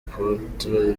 puerto